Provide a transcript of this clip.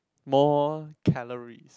more calories